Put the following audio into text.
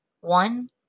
One